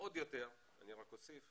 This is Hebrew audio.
ועוד יותר, אני רק אוסיף,